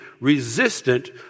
resistant